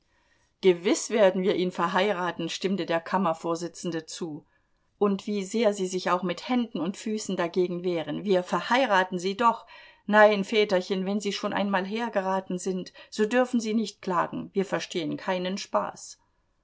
gewiß werden wir ihn verheiraten stimmte der kammervorsitzende zu und wie sehr sie sich auch mit händen und füßen dagegen wehren wir verheiraten sie doch nein väterchen wenn sie schon einmal hergeraten sind so dürfen sie nicht klagen wir verstehen keinen spaß